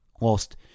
lost